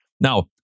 Now